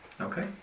Okay